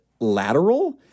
lateral